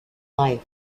life